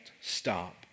stop